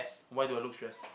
why do I look stress